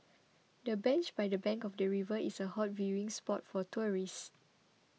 the bench by the bank of the river is a hot viewing spot for tourists